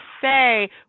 say